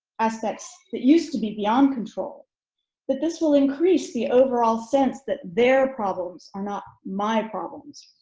aspects that used to be beyond control but this will increase the overall sense that their problems are not my problems.